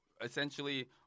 essentially